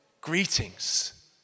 greetings